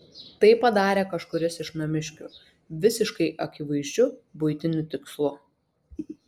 tai padarė kažkuris iš namiškių visiškai akivaizdžiu buitiniu tikslu